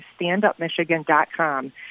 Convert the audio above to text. StandUpMichigan.com